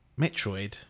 Metroid